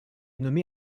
nommé